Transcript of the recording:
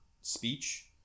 speech